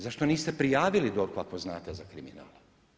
Zašto niste prijavili DORH-u ako znate za kriminal?